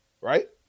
Right